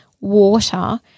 water